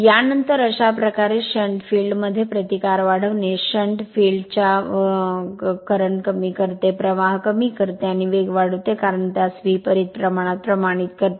यानंतर अशा प्रकारे शंट फील्ड मध्ये प्रतिकार वाढविणे शंट फील्ड चे वर्तमान कमी करते प्रवाह कमी करते आणि वेग वाढवते कारण त्यास विपरित प्रमाणात प्रमाणित करते